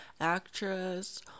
actress